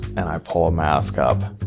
and i pull a mask up.